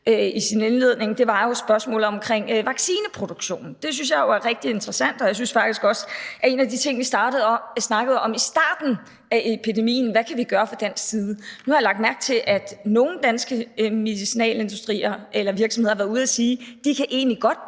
i sin indledning, er spørgsmålet omkring vaccineproduktionen. Det synes jeg jo er rigtig interessant, og en af de ting, vi snakkede om i starten af epidemien, var jo faktisk også, hvad vi kan gøre fra dansk side. Nu har jeg lagt mærke til, at nogle danske medicinalvirksomheder har været ude at sige, at de egentlig godt